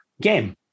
game